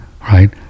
right